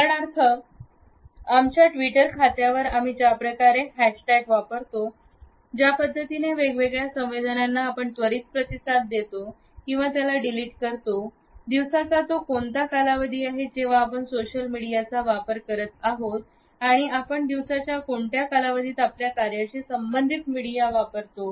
उदाहरणार्थ आमच्या ट्विटर खात्यावर आम्ही ज्या प्रकारे हॅश टॅग वापरतो ज्या पद्धतीने वेगवेगळ्या संदेशांना आपण त्वरित प्रतिसाद देतो किंवा त्याला डिलीट करतो दिवसाचा तो कोणता कालावधी आहे जेव्हा आपण सोशल मीडियाचा वापर करत आहोत आणि आपणदिवसाच्या कोणत्या कालावधीत आपल्या कार्याशी संबंधित मीडिया वापरतो